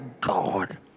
God